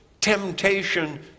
temptation